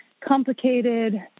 complicated